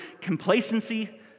complacency